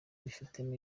bifitemo